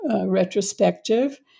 retrospective